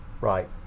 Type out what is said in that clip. Right